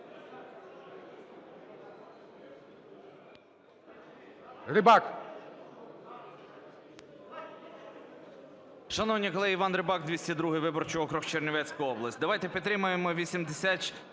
І.П. Шановні колеги! Іван Рибак, 202-й виборчий круг, Чернівецька область. Давайте підтримаємо 8449